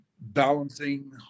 balancing